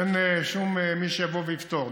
אין מי שיבוא ויפתור.